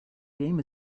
game